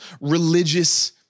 religious